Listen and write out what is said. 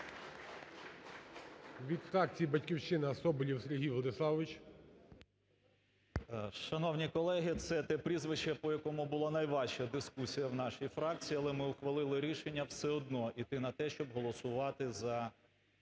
Від фракції "Батьківщина" Соболєв Сергій Владиславович. 16:34:42 СОБОЛЄВ С.В. Шановні колеги, це те прізвище, по якому була найважча дискусія в нашій фракції, але ми ухвалили рішення все одно іти на те, щоб голосувати за